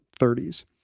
30s